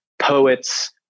Poets